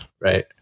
Right